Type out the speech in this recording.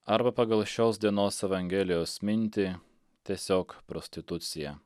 arba pagal šios dienos evangelijos mintį tiesiog prostitucija